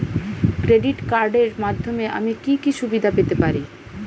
Credit কার্ডের মাধ্যমে আমি কি কি সুবিধা পেতে পারি?